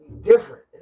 different